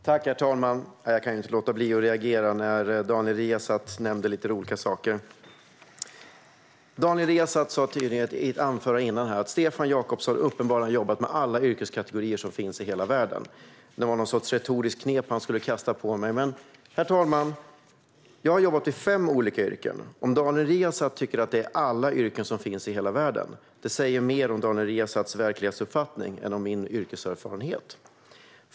Herr talman! Jag kan inte låta bli att reagera när Daniel Riazat nämner lite olika saker här. Daniel Riazat sa i ett anförande tidigare att Stefan Jakobsson uppenbarligen har jobbat i alla yrkeskategorier som finns i hela världen. Det var någon sorts retoriskt knep han försökte kasta på mig. Herr talman! Jag har jobbat i fem olika yrken. Om Daniel Riazat tycker att det är alla yrken som finns i hela världen säger det mer om Daniel Riazats verklighetsuppfattning än om min yrkeserfarenhet.